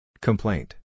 Complaint